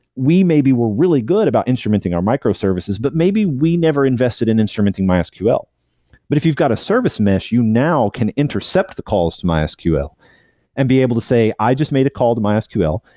we maybe were really good about instrumenting our micro services, but maybe we never invested in instrumenting mysql but if you've got a service mesh, you now can intercept the calls to mysql and be able to say, i just made a call to mysql.